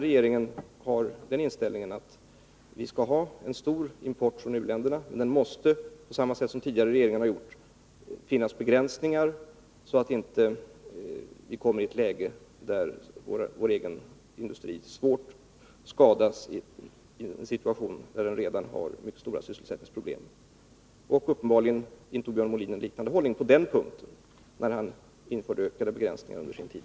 Regeringen har den inställningen att vi skall ha en stor import från u-länderna. Men det måste, på samma sätt som under tidigare regeringar, finnas begränsningar, så att inte vår egen industri svårt skadas i en situation där den redan har mycket stora sysselsättningsproblem. Uppenbarligen intog Björn Molin en liknande hållning på den punkten, när han införde ökade begränsningar under sin tid.